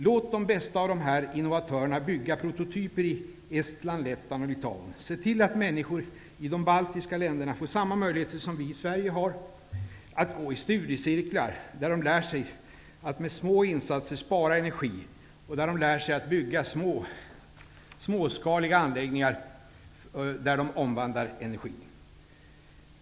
Låt de bästa av dessa innovatörer bygga prototyper i Estland, Lettland och Litauen. Se till att människor i de baltiska länderna får samma möjligheter som vi i Sverige har att gå i studiecirklar där de lär sig att med små insatser spara energi och där de lär sig att bygga småskaliga anläggningar som omvandlar energi.